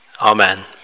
Amen